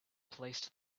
placed